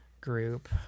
group